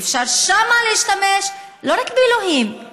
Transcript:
ואפשר שם להשתמש לא רק באלוהים כי אם